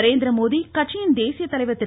நரேந்திரமோடி கட்சியின் தேசிய தலைவர் திரு